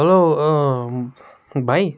hello भाइ